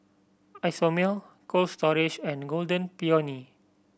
Isomil Cold Storage and Golden Peony